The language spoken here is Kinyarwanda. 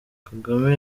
kagame